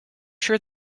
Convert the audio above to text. sure